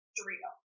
Dorito